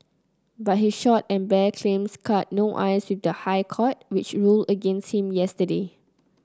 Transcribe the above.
but his short and bare claims cut no ice with the High Court which ruled against him yesterday